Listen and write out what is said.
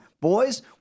boys